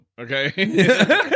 okay